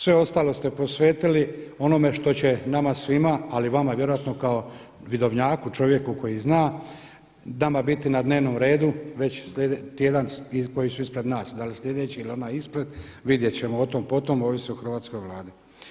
Sve ostalo ste posvetili onome što će nama svima ali i vama vjerojatno kao vidovnjaku, čovjeku koji zna nama biti na dnevnom redu već slijedeći tjedan, koji su ispred nas da li slijedeći ili onaj ispred vidjet ćemo otom potom, ovisi o Hrvatskoj vladi.